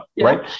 right